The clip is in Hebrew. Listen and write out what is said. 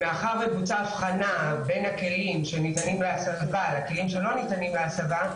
מאחר שבוצעה הבחנה בין הכלים שניתנים להסבה לכלים שלא ניתנים להסבה,